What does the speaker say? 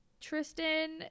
Tristan